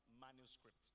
manuscript